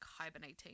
hibernating